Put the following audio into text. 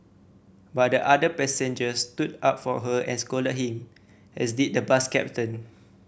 but the other passengers stood up for her and scolded him as did the bus captain